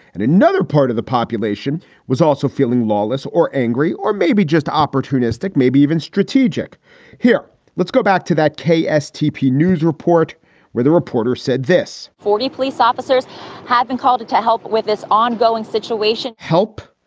and another part of the population was also feeling lawless or angry or maybe just opportunistic, maybe even strategic here. let's go back to that kstp news report where the reporter said this forty police officers have been called in to help with this ongoing situation help!